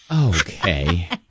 Okay